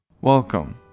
Welcome